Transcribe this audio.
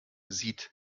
sieht